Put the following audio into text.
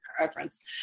reference